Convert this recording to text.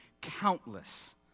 Countless